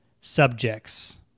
Subjects